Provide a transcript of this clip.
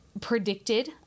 predicted